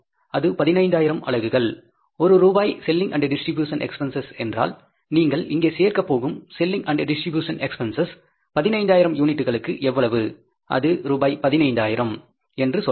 அது 15000 அலகுகள் 1 ரூபாய் செல்லிங் அண்ட் டிஸ்ட்ரிபியூஷன் எஸ்பிஎன்செஸ் என்றால் நீங்கள் இங்கே சேர்க்கப் போகும் செல்லிங் அண்ட் டிஸ்ட்ரிபியூஷன் எஸ்பிஎன்செஸ் 15000 யூனிட்டுகளுக்கு எவ்வளவு அது ரூபாய் 15000 என்று சொல்லலாம்